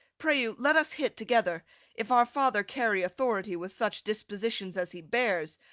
pray you let us hit together if our father carry authority with such dispositions as he bears,